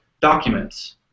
documents